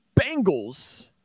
Bengals